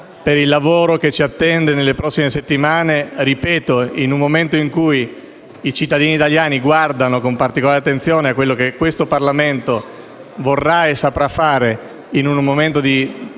per il lavoro che ci attende nelle prossime settimane, che in un momento in cui i cittadini italiani guardano con particolare attenzione a ciò che il Parlamento vorrà e saprà fare, e considerata